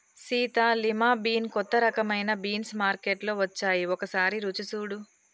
Sita lima bean కొత్త రకమైన beans మార్కేట్లో వచ్చాయి ఒకసారి రుచి సుడు